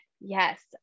Yes